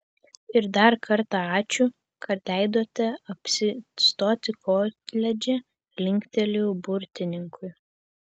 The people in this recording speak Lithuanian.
ir dar kartą ačiū kad leidote apsistoti koledže linktelėjau burtininkui